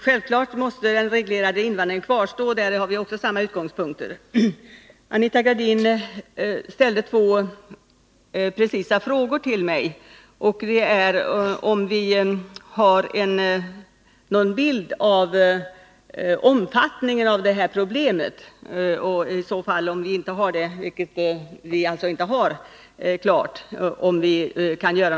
Självfallet måste emellertid den reglerade invandringen kvarstå, och Anita Gradin och jag har även där gemensamma utgångspunkter. Anita Gradin ställde två frågor till mig. Den ena gällde om vi har någon bild av det här problemets omfattning och, om vi inte har det, vad vi kan göra för att skaffa oss en sådan.